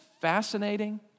fascinating